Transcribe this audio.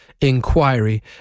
inquiry